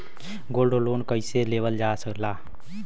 Gold loan कईसे लेवल जा ला?